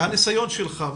מהניסיון שלך,